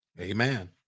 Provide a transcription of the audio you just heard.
Amen